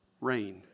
rain